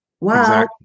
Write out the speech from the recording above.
Wow